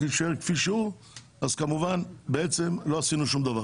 יישאר כפי שהוא כמובן לא עשינו שום דבר